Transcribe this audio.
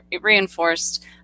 reinforced